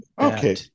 Okay